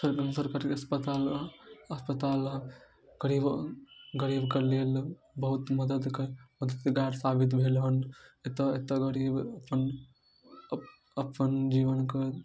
सरकारी अस्पतालमे अस्पताल गरीब गरीबके लेल बहुत मदद मददगार साबित भेल हँ एतऽ एतऽ गरीब अपन अपन जीवनके